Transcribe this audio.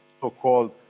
so-called